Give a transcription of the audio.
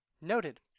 Noted